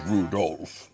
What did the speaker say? Rudolph